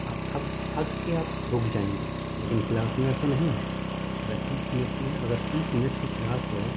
آپ تھک تھک کے آپ رک جائیں گے لیکن کلاس میں ایسا نہیں ہے اگر تیس منٹ سی اگر تیس منٹ کی کلاس ہے